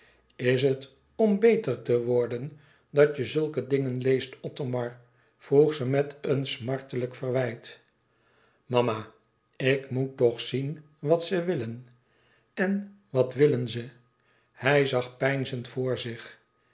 is het om beter te worden dat je zulke dingen leest othomar vroeg ze met een smartelijk verwijt mama ik moet toch zien wat ze willen en wat willen ze hij zag peinzend voor zich